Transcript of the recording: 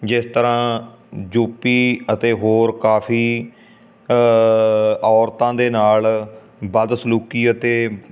ਜਿਸ ਤਰ੍ਹਾਂ ਯੂਪੀ ਅਤੇ ਹੋਰ ਕਾਫੀ ਔਰਤਾਂ ਦੇ ਨਾਲ ਬਦਸਲੂਕੀ ਅਤੇ